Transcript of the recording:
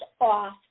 off